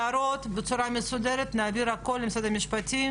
את ההערות בצורה מסודרת נעביר למשרד המשפטים